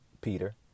peter